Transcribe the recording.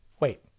wait.